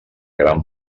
gran